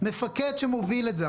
מפקד שמוביל את זה.